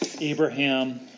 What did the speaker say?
Abraham